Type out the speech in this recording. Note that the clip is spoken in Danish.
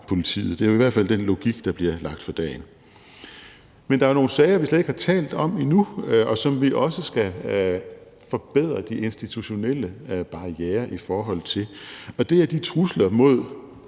politiet. Det er i hvert fald den logik, der bliver lagt for dagen. Men der er nogle sager, vi slet ikke har talt om endnu, og som vi også skal forbedre de institutionelle barrierer i forhold til. Og det er de trusler mod